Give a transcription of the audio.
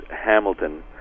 Hamilton